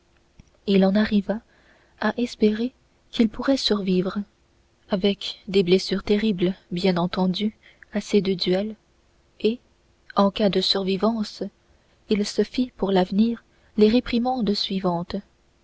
il en arriva à espérer qu'il pourrait survivre avec des blessures terribles bien entendu à ces deux duels et en cas de survivance il se fit pour l'avenir les réprimandes suivantes